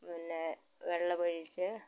പിന്നെ വെള്ളം ഒഴിച്ച്